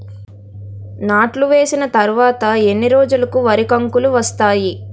నాట్లు వేసిన తర్వాత ఎన్ని రోజులకు వరి కంకులు వస్తాయి?